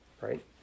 right